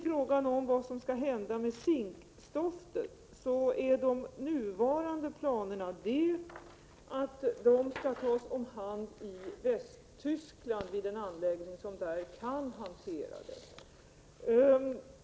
När det slutligen gäller zinkstoftet så går de nuvarande planerna ut på att det skall tas om hand i Västtyskland vid en anläggning där som kan hantera det.